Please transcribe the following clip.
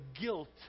guilt